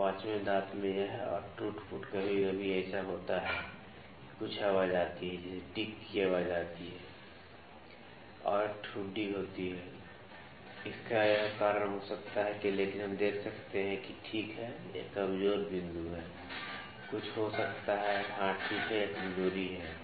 तो ५वें दांत में यह और टूट फूट कभी कभी ऐसा होता है कि कुछ आवाज आती है जैसे टिक की आवाज आती है और एक ठुड्डी होती है या इसका कुछ कारण हो सकता है लेकिन हम देख सकते हैं कि ठीक है यह कमजोर बिंदु है कुछ हो सकता है हां ठीक है यह कमजोरी है